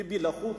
ביבי לחוץ,